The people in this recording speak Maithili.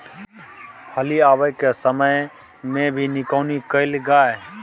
फली आबय के समय मे भी निकौनी कैल गाय?